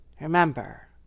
Remember